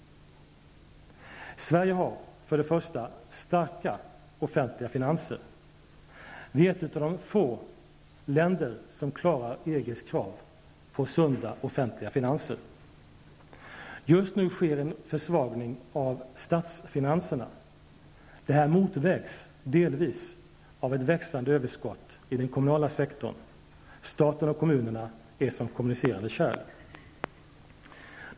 Sverige har starka offentliga finanser. Vi är ett av de få länder som klarar EGs krav på sunda offentliga finanser. Just nu sker en försvagning av statsfinanserna. Denna motvägs delvis av ett växande överskott i den kommunala sektorn -- staten och kommunerna är som kommunicerande kärl.